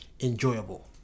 enjoyable